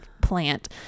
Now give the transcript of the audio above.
plant